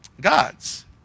God's